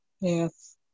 yes